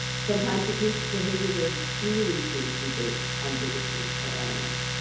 sometimes the patient's behavior very clearly seems to be based on bigotry or animus,